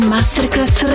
Masterclass